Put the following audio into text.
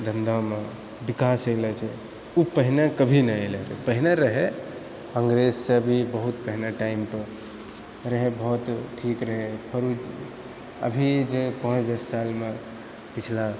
धन्धामे विकास होइ लेल छै ओ पहिने कभी नहि अयलै पहिने रहै अङग्रेजसँ भी बहुत पहिनेके टाइमपर रहै बहुत ठीक रहै पर ओ अभी जे पाँच दस सालमे पिछला